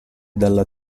dalla